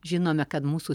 žinome kad mūsų